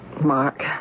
Mark